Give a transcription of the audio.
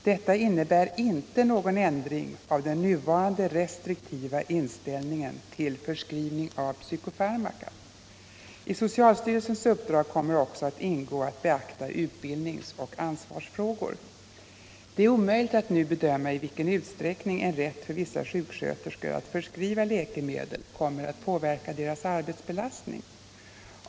Detta innebär inte någon ändring av den nuvarande restriktiva inställningen till förskrivning av psykofarmaka. I socialstyrelsens uppdrag kommer också att ingå att beakta utbildningsoch ansvarsfrågor. Det är omöjligt att nu bedöma i vilken utsträckning en rätt för vissa sjuksköterskor att förskriva läkemedel kommer att påverka deras arbetsbelastning.